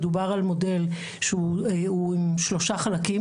מדובר על מודל עם שלושה חלקים,